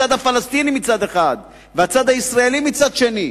הצד הפלסטיני מצד אחד והצד הישראלי מצד שני,